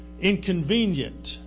inconvenient